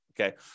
Okay